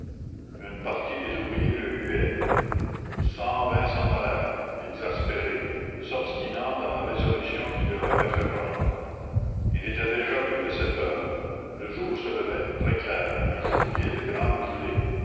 une partie des ouvriers le huaient cent vingt s'en allèrent exaspérés s'obstinant dans la résolution qu'il leur avait fait prendre il était déjà plus de sept heures le jour se levait très clair un jour gai de grande gelée